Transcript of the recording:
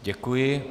Děkuji.